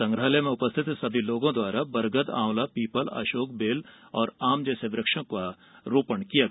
संग्रहालय में उपस्थित सभी लोगों द्वारा बरगदआंवलापीपलअशोक बेल आम जैसे वृक्षों का रोपण किया गया